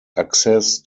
access